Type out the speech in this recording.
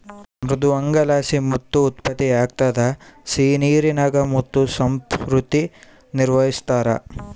ಮೃದ್ವಂಗಿಲಾಸಿ ಮುತ್ತು ಉತ್ಪತ್ತಿಯಾಗ್ತದ ಸಿಹಿನೀರಿನಾಗ ಮುತ್ತು ಸಂಸ್ಕೃತಿ ನಿರ್ವಹಿಸ್ತಾರ